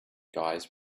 guys